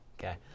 Okay